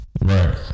right